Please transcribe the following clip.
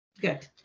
good